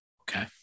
Okay